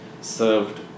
served